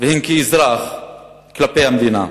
והן כאזרח כלפי המדינה.